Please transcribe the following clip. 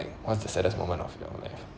like what's the saddest moment of your life